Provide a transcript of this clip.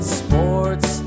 sports